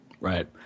Right